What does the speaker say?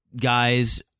guys